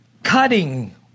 Cutting